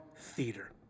Theater